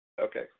Okay